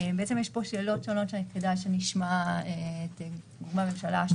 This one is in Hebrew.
בעצם יש פה שאלות שונות שכדאי שנשמע את גורמי הממשלה השונים.